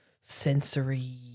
Sensory